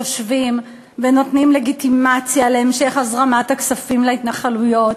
יושבים ונותנים לגיטימציה להמשך הזרמת הכספים להתנחלויות.